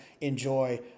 enjoy